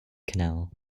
canal